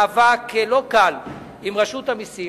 מאבק לא קל עם רשות המסים,